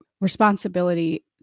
responsibility